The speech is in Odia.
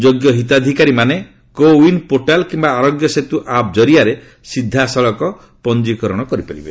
ଯୋଗ୍ୟ ହିତାଧିକାରୀମାନେ କୋ ଓ୍ପିନ୍ ପୋର୍ଟାଲ୍ କିମ୍ବା ଆରୋଗ୍ୟ ସେତୁ ଆପ୍ ଜରିଆରେ ସିଧାସଳଖ ପଞ୍ଜିକରଣ କରିପାରିବେ